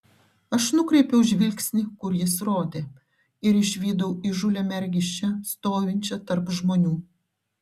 aš nukreipiau žvilgsnį kur jis rodė ir išvydau įžūlią mergiščią stovinčią tarp žmonių